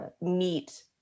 meet